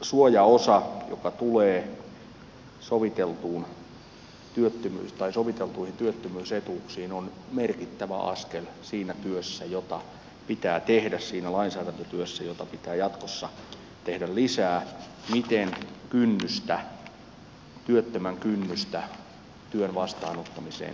tämä suojaosa joka tulee soviteltuihin työttömyysetuuksiin on merkittävä askel siinä työssä jota pitää tehdä siinä lainsäädäntötyössä jota pitää jatkossa tehdä lisää siinä miten työttömän kynnystä työn vastaanottamiseen voidaan madaltaa